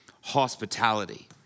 hospitality